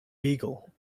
beagle